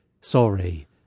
sorry